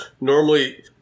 normally